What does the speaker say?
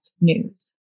News